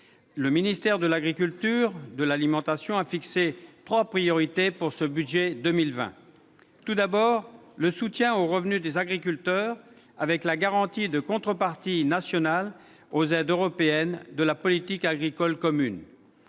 Le ministère de l'agriculture et de l'alimentation a fixé trois priorités pour le budget de 2020. Première priorité : le soutien aux revenus des agriculteurs, avec la garantie de contreparties nationales à la baisse des aides européennes au titre de la politique agricole commune.